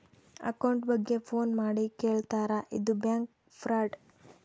account ಬಗ್ಗೆ phone ಮಾಡಿ ಕೇಳ್ತಾರಾ ಇದು ಬ್ಯಾಂಕ್ ಫ್ರಾಡ್